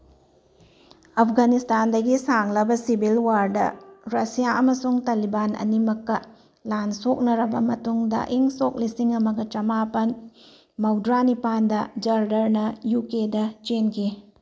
ꯑꯐꯘꯥꯅꯤꯁꯇꯥꯟꯗꯒꯤ ꯁꯥꯡꯂꯕ ꯁꯤꯕꯤꯜ ꯋꯥꯔꯗ ꯔꯗꯤꯌꯥ ꯑꯃꯁꯨꯡ ꯇꯂꯤꯕꯥꯟ ꯑꯅꯤꯃꯛꯀ ꯂꯥꯟ ꯁꯣꯛꯅꯔꯕ ꯃꯇꯨꯡꯗ ꯏꯪ ꯁꯣꯛ ꯂꯤꯁꯤꯡ ꯑꯃꯒ ꯆꯝꯃꯥꯄꯟ ꯃꯧꯗ꯭ꯔꯥꯅꯤꯄꯥꯟꯗ ꯖꯔꯗꯔꯅ ꯌꯨ ꯀꯦꯗ ꯆꯦꯟꯈꯤ